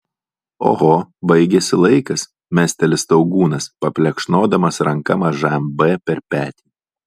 oho baigėsi laikas mesteli staugūnas paplekšnodamas ranka mažajam b per petį